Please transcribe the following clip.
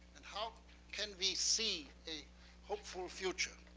and how can we see a hopeful future?